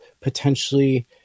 potentially